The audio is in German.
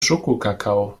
schokokakao